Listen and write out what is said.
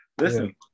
Listen